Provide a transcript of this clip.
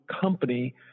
company